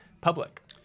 public